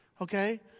okay